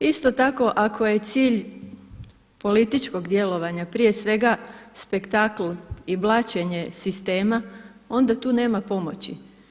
Isto tako ako je cilj političkog djelovanja prije svega spektakl i blaćenje sistema onda tu nema pomoći.